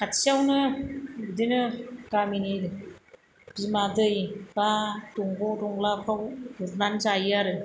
खाथियावनो बिदिनो गामिनि बिमा दै बा दंग' दंलाफ्राव गुरना जायो आरो